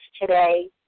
today